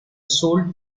sold